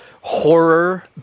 horror